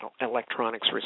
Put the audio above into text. electronics